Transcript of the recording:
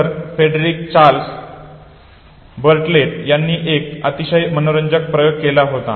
sir Frederic Charles Bartlett यांनी एक अतिशय मनोरंजक प्रयोग केला होता